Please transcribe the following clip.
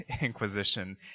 Inquisition